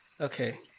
Okay